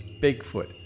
Bigfoot